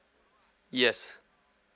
yes